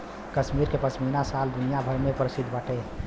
कश्मीर के पश्मीना शाल दुनिया भर में प्रसिद्ध बाटे